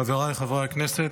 חבריי חברי הכנסת,